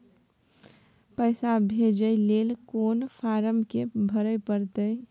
पैसा भेजय लेल कोन फारम के भरय परतै?